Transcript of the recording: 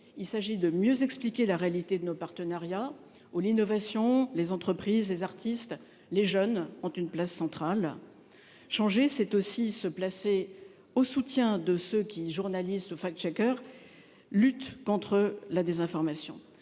Il s'agit de mieux expliquer la réalité de nos partenariats ou l'innovation, les entreprises, les artistes, les jeunes ont une place centrale. Changer c'est aussi se placer au soutien de ceux qui journalistes fact-checkers. Lutte contre la désinformation.